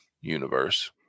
universe